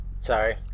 Sorry